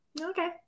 Okay